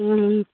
ம்